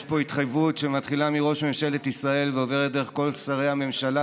יש פה התחייבות שמתחילה מראש ממשלת ישראל ועוברת דרך כל שרי הממשלה,